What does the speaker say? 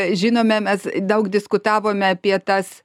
žinome mes daug diskutavome apie tas